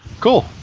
Cool